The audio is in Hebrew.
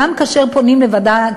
עם הוועדה,